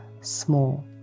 small